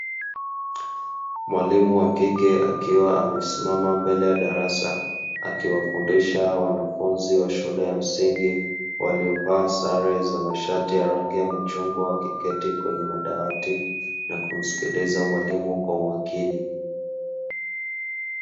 Mwalimu wa kike akiwa amesimama mbele ya darasa akiwafundisha wanafunzi wa shule ya msingi waliovaa sare za masharti ya rangi ya machungwa wa kiketi kwenye madawati na kumsikiliza mwalimu kwa umakini.